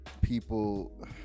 People